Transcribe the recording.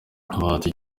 bahati